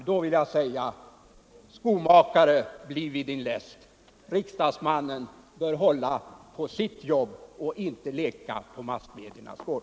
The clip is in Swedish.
Då vill jag säga: Skomakare, bliv vid din läst! Riksdagsmannen bör hålla sig till sitt jobb och inte leka på massmediernas gård.